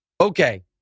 Okay